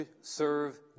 serve